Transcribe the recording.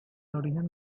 origen